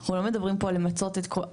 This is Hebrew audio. אנחנו לא מדברים פה על למצות את כל,